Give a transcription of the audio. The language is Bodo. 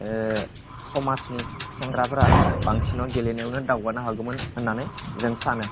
समाजनि सेंग्राफोरा बांसिनानो गेलेनायावनो दावगानो हागौमोन होननानै जों सानो